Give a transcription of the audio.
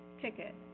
ticket